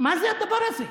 מה זה הדבר הזה?